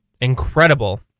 incredible